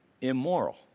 immoral